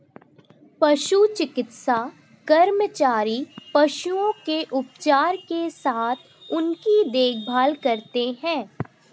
पशु चिकित्सा कर्मचारी पशुओं के उपचार के साथ उनकी देखभाल करते हैं